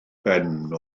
ben